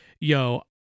yo